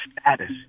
status